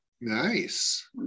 nice